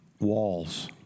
Walls